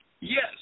Yes